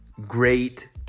great